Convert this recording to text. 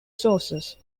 sources